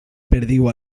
perdiu